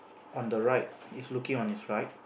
on the right is looking on its right